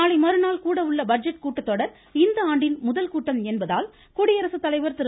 நாளை மறுநாள் கூடவுள்ள பட்ஜெட் கூட்டத் தொடர் இந்த ஆண்டின் முதல்கூட்டம் என்பதால் குடியரசு தலைவர் திரு